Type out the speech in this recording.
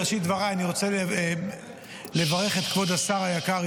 בראשית דבריי אני רוצה לברך את כבוד השר היקר,